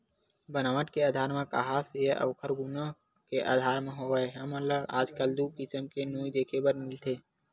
बनावट के आधार म काहस या ओखर गुन के आधार म होवय हमन ल आजकल दू किसम के नोई देखे बर मिलथे